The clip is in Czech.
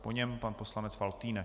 Po něm pan poslanec Faltýnek.